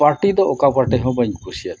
ᱯᱟᱴᱤ ᱫᱚ ᱚᱠᱟ ᱯᱟᱴᱤ ᱦᱚᱸ ᱵᱟᱹᱧ ᱠᱩᱥᱤᱭᱟᱫᱟ